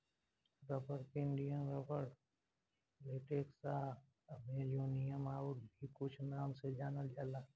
rubber के Indian rubber, latex आ Amazonian आउर भी कुछ नाम से जानल जाला